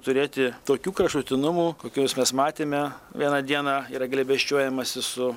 turėti tokių kraštutinumų kokius mes matėme vieną dieną yra glėbesčiuojamasi su